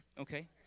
okay